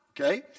Okay